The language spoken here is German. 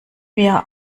mir